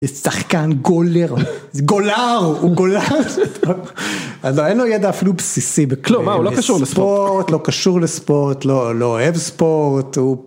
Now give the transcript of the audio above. זה שחקן גולר, גולר, הוא גולר. אין לו ידע אפילו בסיסי בכלום, לא קשור לספורט. לא קשור לספורט, לא אוהב ספורט, הוא...